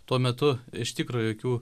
tuo metu iš tikro jokių